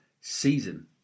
season